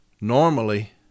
normally